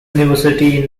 university